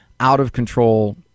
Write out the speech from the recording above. out-of-control